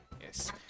Yes